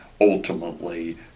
ultimately